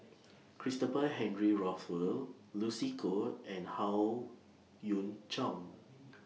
Christopher Henry Rothwell Lucy Koh and Howe Yoon Chong